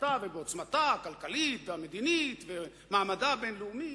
בהשפעתה ובעוצמתה הכלכלית והמדינית ומעמדה הבין-לאומי,